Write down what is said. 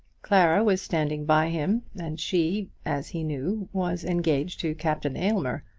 clara was standing by him, and she, as he knew, was engaged to captain aylmer.